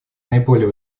наиболее